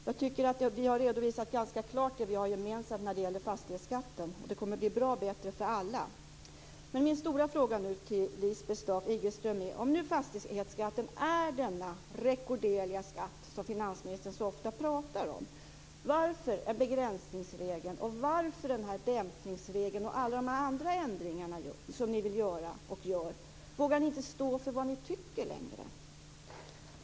Jag tycker att vi har redovisat ganska klart det vi har gemensamt när det gäller fastighetsskatten, och det kommer att bli bra och bättre för alla. Min stora fråga till Lisbeth Staaf-Igelström är: Om nu fastighetsskatten är denna rekorderliga skatt som finansministern så ofta pratar om: Varför gör ni den här begränsningsregeln och varför den här dämpningsregeln och alla de här andra ändringarna som ni vill göra och gör? Vågar ni inte stå för vad ni tycker längre?